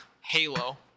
Halo